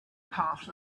part